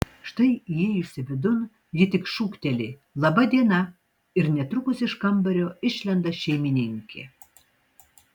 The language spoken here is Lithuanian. štai įėjusi vidun ji tik šūkteli laba diena ir netrukus iš kambario išlenda šeimininkė